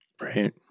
Right